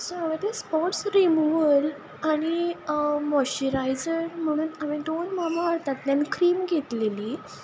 so हांवें ती spots removal आनी मोस्चुरायजर म्हणून हांवें दोन मामा अर्थांतल्यान क्रीम घेतलेली